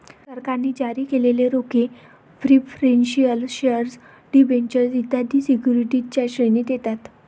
सरकारने जारी केलेले रोखे प्रिफरेंशियल शेअर डिबेंचर्स इत्यादी सिक्युरिटीजच्या श्रेणीत येतात